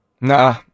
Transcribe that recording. Nah